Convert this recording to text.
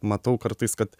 matau kartais kad